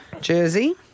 jersey